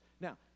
Now